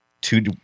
two